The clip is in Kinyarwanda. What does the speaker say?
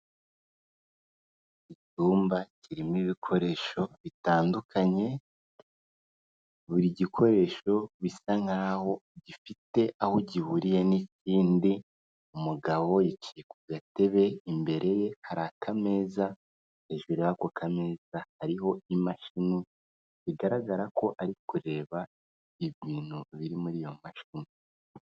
Icyumba kirimo ibikoresho bitandukanye, buri gikoresho, bisa nkaho gifite aho gihuriye n'ikindi, umugabo yicaye ku gatebe imbere ye karakameza, hejuru ako kameza ari imashini, bigaragara ko ari kureba ibintu biri muri iyo mashini.